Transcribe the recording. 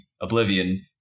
Oblivion